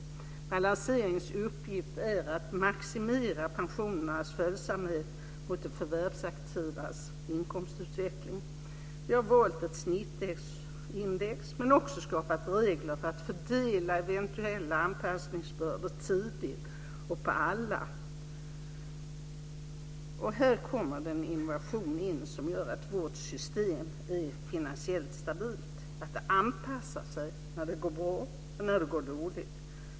Balanseringens uppgift är att maximera pensionernas följsamhet mot de förvärvsaktivas inkomstutveckling. Vi har valt ett snittindex men också skapat regler för att fördela eventuella anpassningsbördor tidigt och på alla. Här kommer den innovation in som gör att vårt system är finansiellt stabilt, att det anpassar sig när det går bra och när det går dåligt.